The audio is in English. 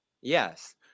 Yes